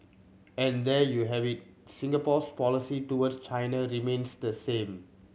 and there you have it Singapore's policy towards China remains the same